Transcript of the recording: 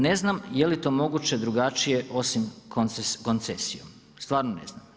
Ne znam jeli to moguće drugačije osim koncesijom, stvarno ne znam.